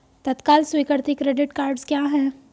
तत्काल स्वीकृति credit cards क्या हैं?